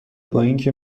بااینکه